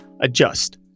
Adjust